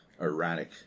erratic